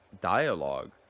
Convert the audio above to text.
dialogue